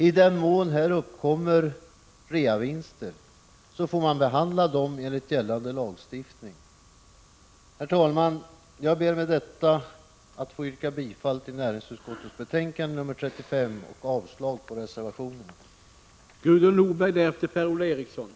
I den mån här uppkommer reavinster får de behandlas enligt gällande lagstiftning. Herr talman! Jag ber att få yrka bifall till näringsutskottets hemställan i betänkande 1985/86:35 och avslag på reservationerna.